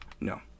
no